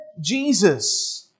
Jesus